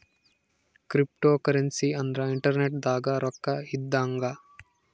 cryptocurrency ಅಂದ್ರ internet ದಾಗ ರೊಕ್ಕ ಇದ್ದಂಗ